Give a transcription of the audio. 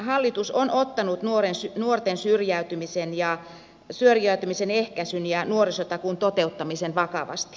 hallitus on ottanut nuorten syrjäytymisen ehkäisyn ja nuorisotakuun toteuttamisen vakavasti